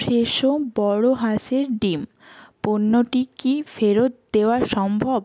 Fresho বড়ো হাঁসের ডিম পণ্যটি কি ফেরত দেওয়া সম্ভব